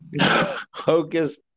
Hocus